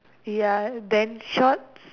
ya then shorts